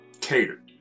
cater